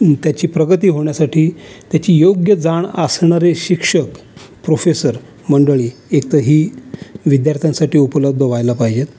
त्याची प्रगती होण्यासाठी त्याची योग्य जाण असणारे शिक्षक प्रोफेसर मंडळी एकतर ही विद्यार्थ्यांसाठी उपलब्ध व्हायला पाहिजेत